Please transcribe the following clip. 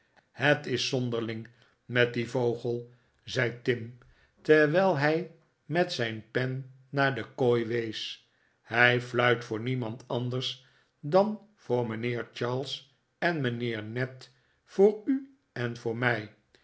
het is zonderling met dien vogel zei tim terwijl hij met zijn pen naar de kooi wees hij fruit voor niemand anders dan voor mijnheer charles en mijnheer ned voor u en voor mij